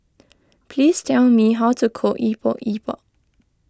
please tell me how to cook Epok Epok